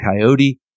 coyote